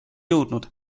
jõudnud